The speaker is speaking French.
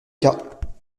cas